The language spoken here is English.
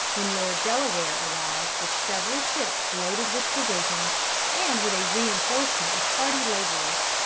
when lord delaware arrived with several ships loaded with provisions and with a reinforcement of hardy laborers.